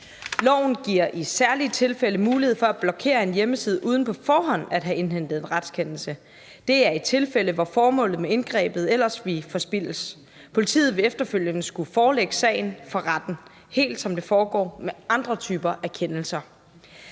Loven giver i særlige tilfælde mulighed for at blokere en hjemmeside uden på forhånd at have indhentet en retskendelse. Det er i tilfælde, hvor formålet med indgrebet ellers ville forspildes. Politiet vil efterfølgende skulle forelægge sagen for retten, helt som det foregår med andre typer af kendelser.